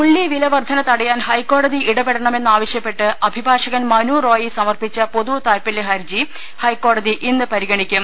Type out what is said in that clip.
ഉള്ളി വില വർധന തടയാൻ ഹൈക്കോടതി ഇടപെടണമെന്നാ വശ്യപ്പെട്ട് അഭിഭാഷകൻ മനുറോയി സമർപ്പിച്ച പൊതുതാത്പര്യ ഹർജി ഹൈക്കോടതി ഇന്ന് പരിഗണിക്കും